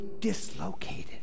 dislocated